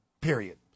period